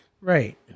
Right